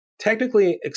technically